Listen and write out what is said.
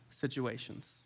situations